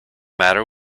matter